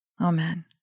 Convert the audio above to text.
Amen